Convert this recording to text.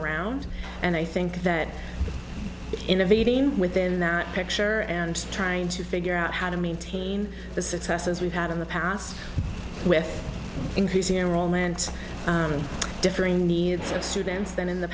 around and i think that innovating within that picture and trying to figure out how to maintain the successes we've had in the past with increasing enrollment differing needs of students than in the